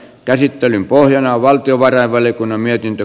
käsittelyn pohjana on valtiovarainvaliokunnan mietintö